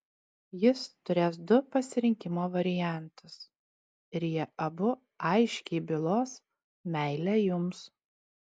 jis turės du pasirinkimo variantus ir jie abu aiškiai bylos meilę jums